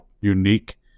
unique